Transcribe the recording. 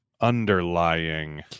Underlying